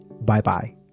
Bye-bye